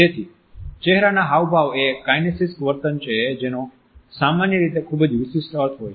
તેથી ચહેરાના હાવભાવ એ કાઈનેસીક્સ વર્તન છે જેનો સામાન્ય રીતે ખૂબજ વિશિષ્ટ અર્થ હોય છે